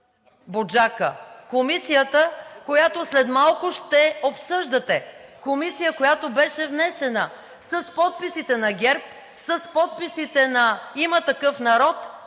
„Буджака“ – комисията, която след малко ще обсъждате; комисия, която беше внесена с подписите на ГЕРБ, с подписите на „Има такъв народ“